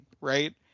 right